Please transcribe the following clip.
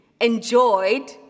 enjoyed